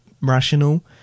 rational